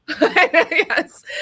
yes